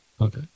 Okay